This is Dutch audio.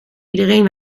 iedereen